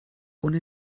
ohne